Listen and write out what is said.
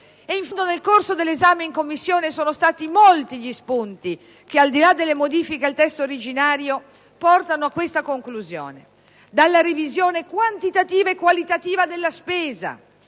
nel corso dell'esame in Commissione sono stati molti gli spunti che, al di là delle modifiche al testo originario, portano a questa conclusione: dalla revisione quantitativa e qualitativa della spesa